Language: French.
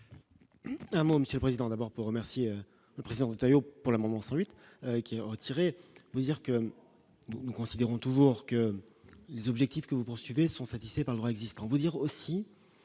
Un mot Monsieur, Président d'abord pour remercier le président Ottavio pour le moment sur 8 qui a retiré, vous dire que nous considérons toujours que les objectifs que vous poursuivez sont satisfaits par leur existant vous dire aussi